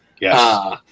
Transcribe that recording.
Yes